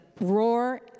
roar